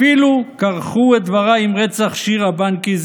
אפילו כרכו את דבריי עם רצח שירה בנקי,